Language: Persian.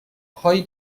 هایی